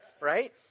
right